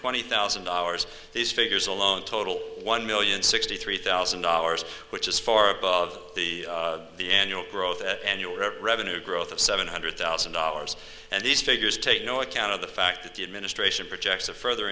twenty thousand dollars these figures alone total one million sixty three thousand dollars which is far above the the n your growth at annual revenue growth of seven hundred thousand dollars and these figures take no account of the fact that the administration projects a further